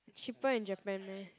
cheaper in Japan meh